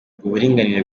uburinganire